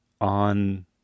on